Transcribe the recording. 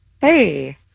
Hey